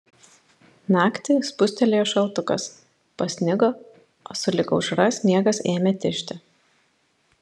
naktį spustelėjo šaltukas pasnigo o sulig aušra sniegas ėmė tižti